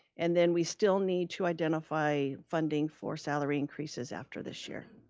and then we still need to identify funding for salary increases after this year.